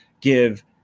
give